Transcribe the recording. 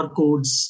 codes